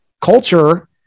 culture